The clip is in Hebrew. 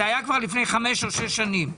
זה היה לפני 5 או 6 שנים.